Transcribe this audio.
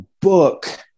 book